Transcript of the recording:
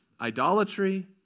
idolatry